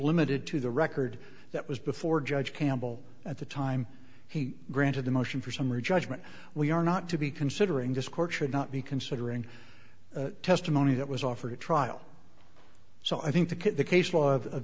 limited to the record that was before judge campbell at the time he granted the motion for summary judgment we are not to be considering this court should not be considering testimony that was offered a trial so i think the